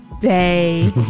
Day